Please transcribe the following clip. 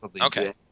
okay